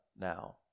now